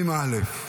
20 א'.